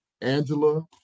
Angela